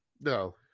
no